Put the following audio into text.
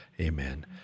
Amen